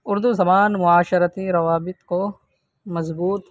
اردو زبان معاشرتی روابط کو مضبوط